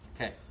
Okay